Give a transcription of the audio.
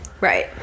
Right